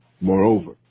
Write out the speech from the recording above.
Moreover